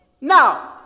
now